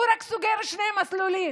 הוא רק סוגר שני מסלולים.